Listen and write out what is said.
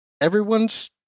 everyone's